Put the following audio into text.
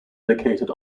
located